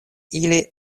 ili